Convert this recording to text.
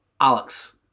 Alex